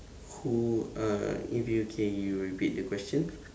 who uh if you can you repeat the question